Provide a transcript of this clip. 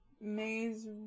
Maze